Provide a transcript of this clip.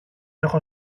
έχω